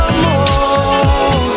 more